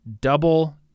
double